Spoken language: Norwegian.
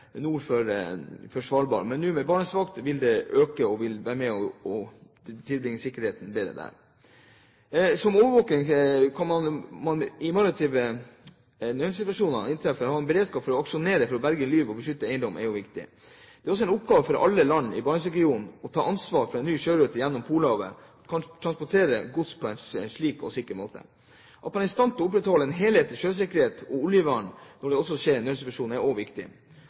nord for Svalbard. Men med BarentsWatch vil overvåkingen nå øke og være med på å gjøre sikkerheten bedre der. Når maritime nødssituasjoner inntreffer, må man ha en beredskap for å aksjonere for å berge liv og beskytte eiendom. Det er viktig. Det er også en oppgave for alle land i Barentsregionen å ta ansvar for at man med en ny sjørute gjennom Polhavet kan transportere gods sikkert og på en slik måte at man er i stand til å opprettholde en helhetlig sjøsikkerhet og